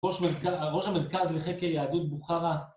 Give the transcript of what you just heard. ראש המרכז לחקר יהדות בוכרה